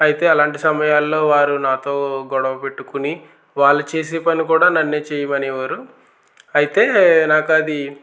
అయితే అలాంటి సమయాల్లో వారు నాతో గొడవ పెట్టుకొని వాళ్ళు చేసే పని కూడా నన్నే చేయమనేవారు అయితే నాకు అది